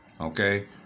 okay